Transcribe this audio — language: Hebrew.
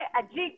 ואג'יק